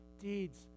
deeds